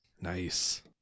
Nice